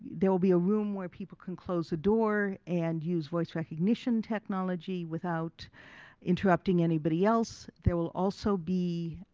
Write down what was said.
there will be a room where people can close the door and use voice recognition technology without interrupting anybody else. there will also be